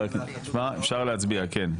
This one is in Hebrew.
אפשר להצביע כן,